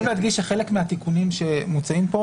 חשוב להדגיש שחלק מהתיקונים שמוצעים כאן,